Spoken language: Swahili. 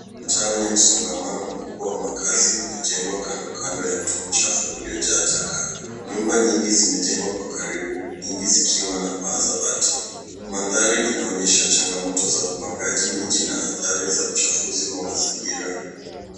Mtaa wenye msongamano mkubwa wa makazi umejengwa kando kando ya mto mchafu uliojaa taka. Nyumba nyingi zimejengwa kwa karibu, nyingi zikiwa na paa la bati. Mandhari inaonyesha changamoto za upangaji miji na hathari za uchafuzi wa mazingira.